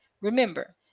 Remember